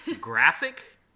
graphic